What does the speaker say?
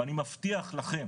ואני מבטיח לכם